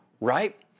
right